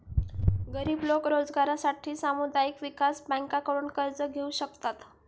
गरीब लोक रोजगारासाठी सामुदायिक विकास बँकांकडून कर्ज घेऊ शकतात